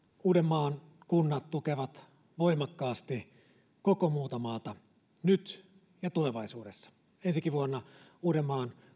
uudenmaan kunnat tukevat voimakkaasti koko muuta maata nyt ja tulevaisuudessa ensikin vuonna uudenmaan